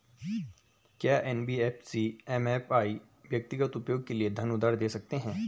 क्या NBFC MFI व्यक्तिगत उपयोग के लिए धन उधार दें सकते हैं?